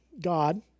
God